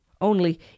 Only